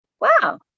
wow